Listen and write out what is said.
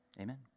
Amen